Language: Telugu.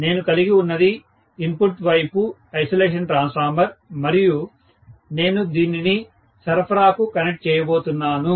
నేను కలిగి ఉన్నది ఇన్పుట్ వైపు ఐసోలేషన్ ట్రాన్స్ఫార్మర్ మరియు నేను దీనిని సరఫరాకు కనెక్ట్ చేయబోతున్నాను